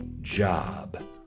job